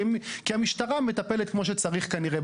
כי המשטרה מטפלת שם כמו שצריך כנראה.